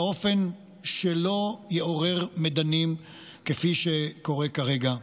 באופן שלא יעורר מדנים כפי שקורה כרגע.